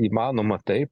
įmanoma taip